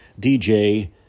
DJ